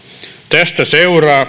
tästä seuraa